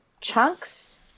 chunks